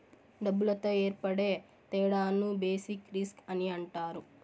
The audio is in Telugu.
డబ్బులతో ఏర్పడే తేడాను బేసిక్ రిస్క్ అని అంటారు